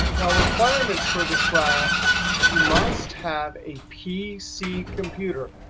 now requirements for this class you must have a pc computer.